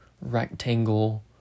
rectangle